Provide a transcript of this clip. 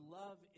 love